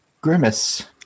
Grimace